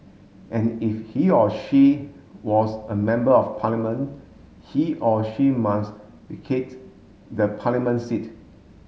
and if he or she was a Member of Parliament he or she must vacate the parliament seat